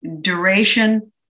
duration